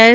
S